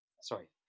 sorry